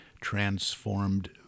transformed